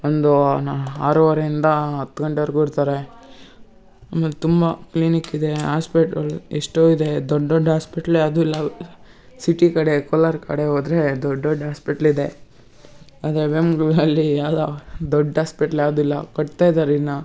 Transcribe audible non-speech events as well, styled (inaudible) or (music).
ಒಂದು ನಾ ಆರೂವರೆಯಿಂದ ಹತ್ತು ಗಂಟೆವರೆಗೂ ಇರ್ತಾರೆ ಆಮೇಲೆ ತುಂಬ ಕ್ಲೀನಿಕಿದೆ ಹಾಸ್ಪಿಟಲ್ ಎಷ್ಟೋ ಇದೆ ದೊಡ್ಡ ದೊಡ್ಡ ಹಾಸ್ಪಿಟ್ಲ್ ಯಾವುದು ಇಲ್ಲ ಸಿಟಿ ಕಡೆ ಕೋಲಾರ ಕಡೆ ಹೋದರೆ ದೊಡ್ಡ ದೊಡ್ಡ ಹಾಸ್ಪಿಟ್ಲಿದೆ ಆದರೆ (unintelligible) ಯಾವುದೋ ದೊಡ್ಡ ಹಾಸ್ಪಿಟ್ಲ್ ಯಾವುದೂ ಇಲ್ಲ ಕಟ್ತಾ ಇದಾರೆ ಇನ್ನೂ